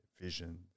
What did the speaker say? vision